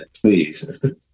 Please